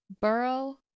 burrow